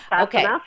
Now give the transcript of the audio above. okay